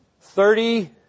Thirty